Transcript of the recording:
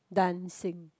dancing